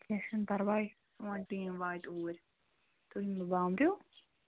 کیٚنہہ چھُنہٕ پَرواے سون ٹیٖم واتہِ اوٗرۍ تُہۍ مہٕ بامبرِو